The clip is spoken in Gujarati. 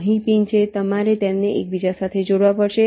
અહીં પિન છે તમારે તેમને એકબીજા સાથે જોડવા પડશે